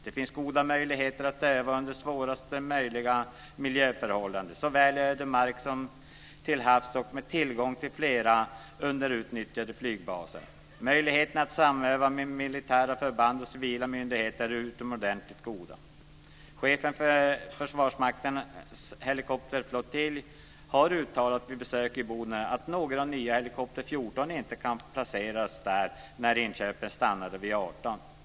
Det finns goda möjligheter att öva under svårast möjliga miljöförhållanden såväl i ödemark som till havs och med tillgång till flera underutnyttjade flygbaser. Möjligheterna att samöva med militära förband och civila myndigheter är utomordentligt goda. Chefen för Försvarsmaktens helikopterflottilj har uttalat vid vårt besök i Boden att några nya helikoptrar av helikopter 14 inte kan placeras i Boden när inköpen stannade vid 18 helikoptrar.